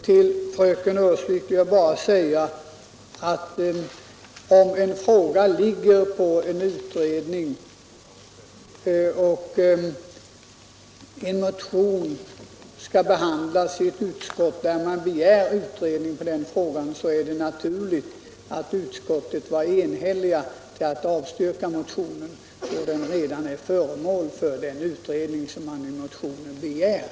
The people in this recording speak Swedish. Till fröken Öhrsvik vill jag bara säga att om en fråga ligger under utredning och en motion där man begär utredning skall behandlas i ett utskott, är det naturligt att utskottet enhälligt avstyrker motionen, då den redan är föremål för den utredning som man i motionen begär.